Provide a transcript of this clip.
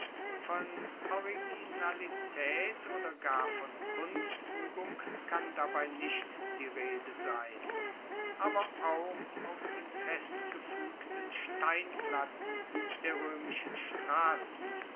von originalitaet oder gar von kunstuebung kann dabei nicht die rede sein aber auch aus den festgefuegten steinplatten der roemischen strassen